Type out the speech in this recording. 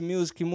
Music